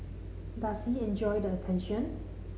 does he enjoy the attention